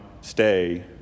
stay